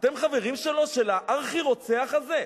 אתם חברים שלו, של הארכי-רוצח הזה?